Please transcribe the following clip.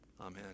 Amen